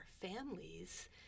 families